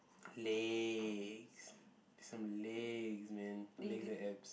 legs some legs man legs and abs